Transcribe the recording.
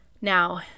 Now